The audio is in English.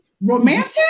Romantic